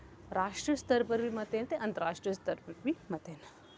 राश्ट्री स्तर पर बी मते न ते अंतर राश्ट्री स्तर पर बी मते न